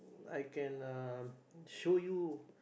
I can uh show you